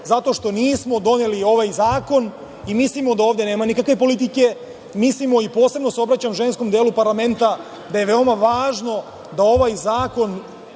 zato što nismo doneli ovaj zakon. Mislimo da ovde nema nikakve politike. Mislimo, posebno se obraćam ženskom delu parlamenta, da je veoma važno da ovaj zakon